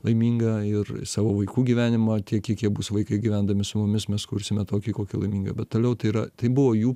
laimingą ir savo vaikų gyvenimą tiek kiek jie bus vaikai gyvendami su mumis mes kursime tokį kokį laimingą bet toliau tai yra tai buvo jų